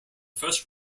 first